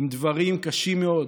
עם דברים קשים מאוד